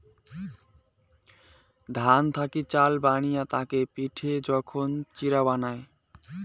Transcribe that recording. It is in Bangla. ধান থেকি চাল বানিয়ে তাকে পিটে যখন চিড়া বানায়